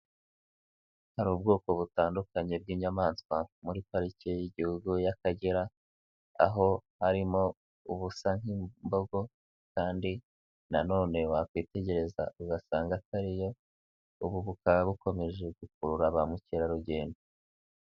Hari ubwoko butandukanye bw'inyamaswa muri pariki y'Igihugu y'Akagera, aho harimo ubusa nk'imbogo, kandi nanone wakwitegereza ugasanga atariyo, ubu bukaba bukomeje gukurura ba mukerarugendo.